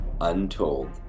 untold